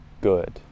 good